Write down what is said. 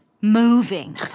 moving